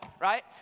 right